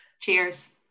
Cheers